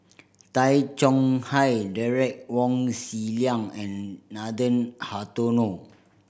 Tay Chong Hai Derek Wong Zi Liang and Nathan Hartono